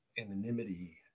anonymity